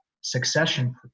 succession